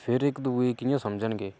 फिर इक दुए गी कि'यां समझन गे